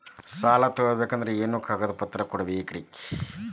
ಸಾಲ ತೊಗೋಬೇಕಂದ್ರ ಏನೇನ್ ಕಾಗದಪತ್ರ ಕೊಡಬೇಕ್ರಿ?